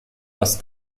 das